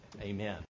amen